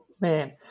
man